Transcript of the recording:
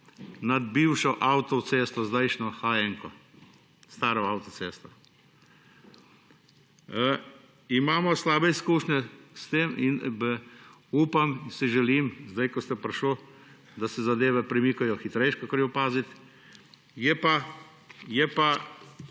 nad bivšo avtocesto, zdajšnjo H1, staro avtocesto. S tem imamo slabe izkušnje in upam, si želim, zdaj ko ste prišli, da se zadeve premikajo hitreje, kot je opaziti. Imamo pa